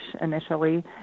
initially